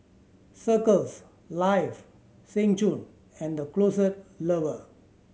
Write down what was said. Circles Life Seng Choon and The Closet Lover